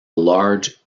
large